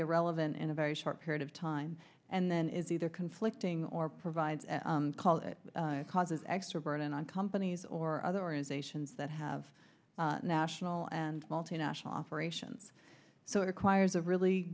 irrelevant in a very short period of time and then is either conflicting or provides call it causes extra burden on companies or other organizations that have national and multinational operations so it requires a really